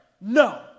no